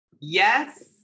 yes